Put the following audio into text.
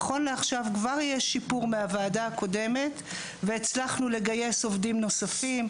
נכון לעכשיו כבר יש שיפור מהוועדה הקודמת והצלחנו לגייס עובדים נוספים,